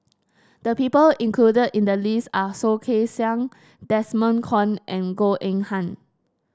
the people included in the list are Soh Kay Siang Desmond Kon and Goh Eng Han